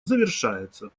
завершается